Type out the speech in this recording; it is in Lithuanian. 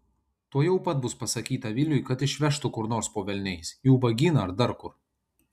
tuojau pat bus pasakyta viliui kad išvežtų kur nors po velniais į ubagyną ar dar kur